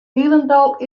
hielendal